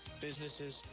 businesses